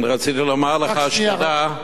רציתי לומר לך שתדע,